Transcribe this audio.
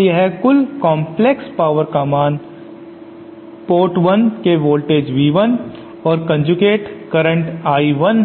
तो यह कुल काम्प्लेक्स पावर का मान पोर्ट 1 के वोल्टेज V1 और कोंजूगेट करंट I 1